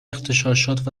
اغتشاشات